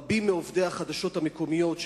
רבים מעובדי החדשות המקומיות,